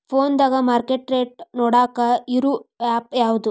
ಫೋನದಾಗ market rate ನೋಡಾಕ್ ಇರು ಆ್ಯಪ್ ಯಾವದು?